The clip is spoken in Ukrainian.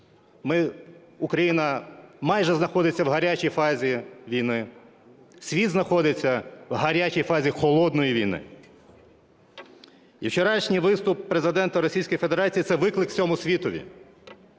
Україна майже знаходиться в гарячій фазі війни, світ знаходиться в гарячій фазі холодної війни. І вчорашній виступ Президента Російської Федерації – це виклик всьому світові,